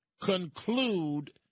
conclude